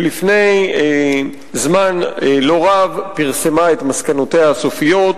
שלפני זמן לא רב פרסמה את מסקנותיה הסופיות